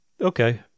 Okay